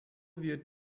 wird